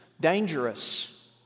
dangerous